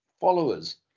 followers